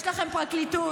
יש לכם פרקליטות,